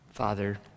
Father